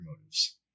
motives